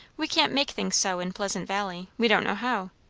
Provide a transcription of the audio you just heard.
we can't make things so in pleasant valley. we don't know how.